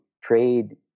trade